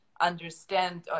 understand